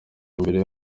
mbere